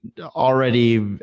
already